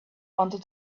wanted